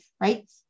right